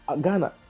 Ghana